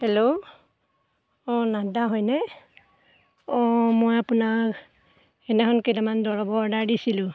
hello অঁ নাথ দা হয়নে অঁ মই আপোনাক সেইদিনাখন কেইটামান দৰৱৰ অৰ্ডাৰ দিছিলোঁ